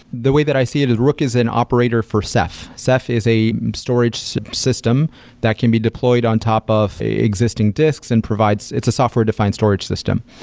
the way that i see it is rook is an operator for ceph. ceph is a storage so system that can be deployed on top of the existing disks and provides it's a software-defined storage system.